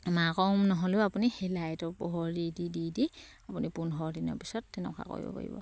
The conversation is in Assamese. মাকৰ উম নহ'লেও আপুনি সেই লাইটৰ পোহৰ দি দি দি দি আপুনি পোন্ধৰ দিনৰ পিছত তেনেকুৱা কৰিব পাৰিব